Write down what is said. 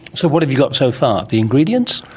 so what have you got so far? the ingredients?